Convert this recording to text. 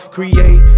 Create